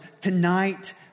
Tonight